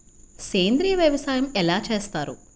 సేంద్రీయ వ్యవసాయం ఎలా చేస్తారు?